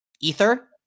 ether